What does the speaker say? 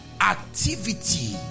Activity